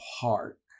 park